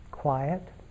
quiet